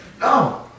No